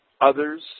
Others